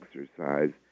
exercise